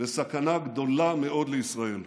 וסכנה גדולה מאוד לישראל.